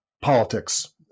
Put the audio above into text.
politics